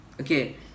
okay